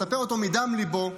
מספר אותו מדם ליבו.